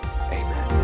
amen